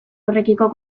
horrekiko